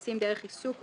הנעשים דרך עיסוק,